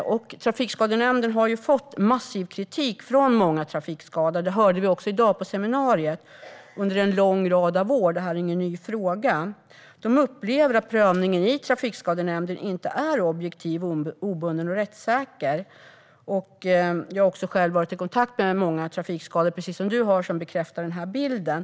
Trafikskadenämnden har fått massiv kritik från många trafikskadade under en lång rad år, vilket vi också hörde i dag på seminariet. Detta är ingen ny fråga. De trafikskadade upplever att prövningen i Trafikskadenämnden inte är objektiv, obunden och rättssäker. Jag har själv - precis som du - varit i kontakt med många trafikskadade som bekräftar den här bilden.